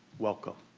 welcome.